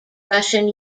russian